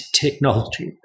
technology